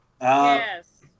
yes